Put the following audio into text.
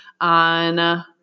on